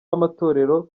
b’amatorero